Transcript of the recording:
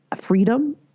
freedom